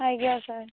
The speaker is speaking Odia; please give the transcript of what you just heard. ଆଜ୍ଞା ସାର୍